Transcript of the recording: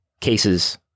cases